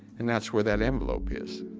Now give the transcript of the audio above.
and that's where that envelope is.